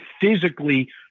physically